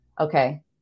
okay